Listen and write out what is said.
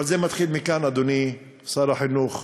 אבל זה מתחיל מכאן, אדוני שר החינוך: